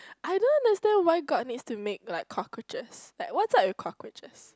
what's the most ridiculous I don't understand why god needs to make like cockroaches like what's up with cockroaches